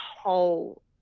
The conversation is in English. whole